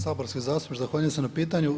Saborski zastupnik, zahvaljujem se na pitanju.